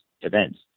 events